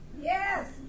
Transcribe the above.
Yes